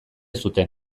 zuten